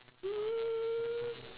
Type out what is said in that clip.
um